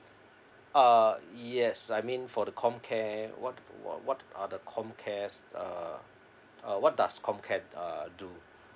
uh yes I mean for the comcare what what are the comcare uh uh what does comcare uh do